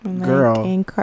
Girl